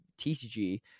TCG